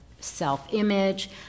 self-image